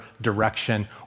direction